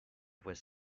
was